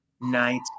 night